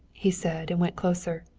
he said, and went closer.